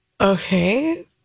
okay